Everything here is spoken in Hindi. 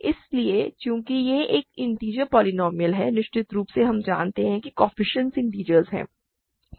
इसलिए चूंकि यह एक इन्टिजर पोलीनोमिअल है निश्चित रूप से हम जानते हैं कि कोएफ़िशिएंट्स इंटिजर्स हैं